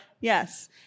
Yes